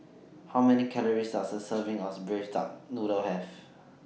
How Many Calories Does A Serving of Braised Duck Noodle Have